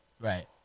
Right